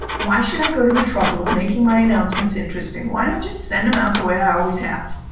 why should i go to the trouble of making my announcements interesting? why not just send them out the way i always have?